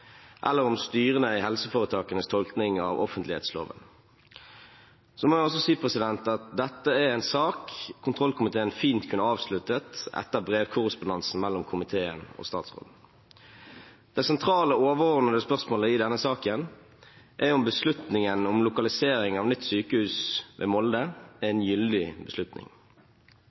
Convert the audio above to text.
eller om styrene i helseforetakenes tolkning av offentlighetsloven. Jeg må også si at dette er en sak kontrollkomiteen fint kunne avsluttet etter brevkorrespondansen mellom komiteen og statsråden. Det sentrale overordnete spørsmålet i denne saken er om beslutningen om lokalisering av nytt sykehus ved Molde er